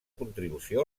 contribució